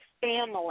family